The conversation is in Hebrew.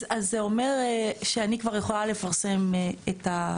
אז זה אומר שאני כבר יכולה לפרסם את,